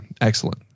Excellent